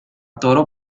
toro